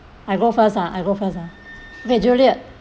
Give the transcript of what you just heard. I go first ah I go first ah okay juliet